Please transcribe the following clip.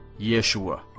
Yeshua